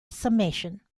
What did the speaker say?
summation